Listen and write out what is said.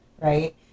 right